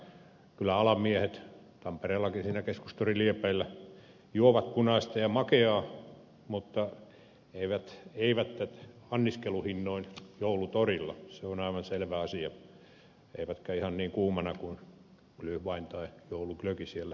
kyllä alan miehet tampereellakin siinä keskustorin liepeillä juovat punaista ja makeaa mutta eivät anniskeluhinnoin joulutorilla se on aivan selvä asia eivätkä ihan niin kuumana kuin gluhwein tai jouluglögi siellä torilla on